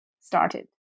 started